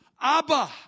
Abba